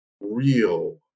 real